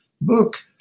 book